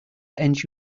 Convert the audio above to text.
end